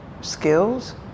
skills